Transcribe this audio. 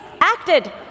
acted